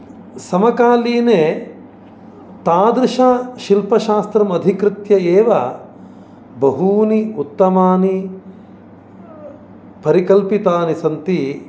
समकालीने तादृशशिल्पशास्त्रम् अधिकृत्य एव बहूनि उत्तमानि परिकल्पितानि सन्ति